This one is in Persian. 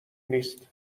نیست